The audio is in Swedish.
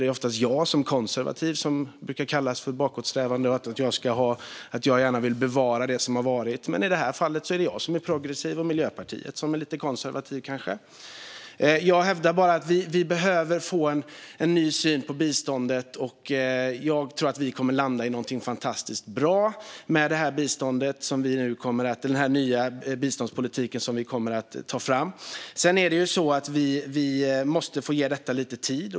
Det är oftast jag som konservativ som brukar kallas bakåtsträvande, och det sägs att jag gärna vill bevara. Men i det här fallet är det jag som är progressiv och Miljöpartiet som kanske är lite konservativt. Jag hävdar bara att vi behöver en ny syn på biståndet. Jag tror att vi kommer att landa i något fantastiskt bra med den nya biståndspolitik som vi kommer att ta fram. Vi måste ge detta lite tid.